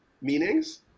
meanings